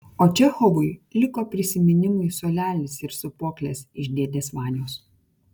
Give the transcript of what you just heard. o čechovui liko prisiminimui suolelis ir sūpuoklės iš dėdės vanios